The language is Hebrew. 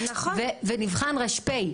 ונבחן ר.פ.